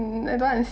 I don't want to